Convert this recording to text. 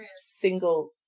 single